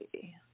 see